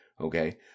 Okay